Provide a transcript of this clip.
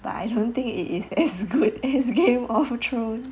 but I don't think it is as good as game of thrones